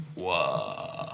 whoa